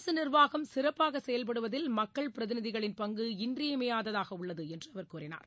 அரசு நிர்வாகம் சிறப்பாக செயல்படுவதில் மக்கள் பிரதிநிதிகளின் பங்கு இன்றியமையாததாக உள்ளது என்று அவர் கூறினார்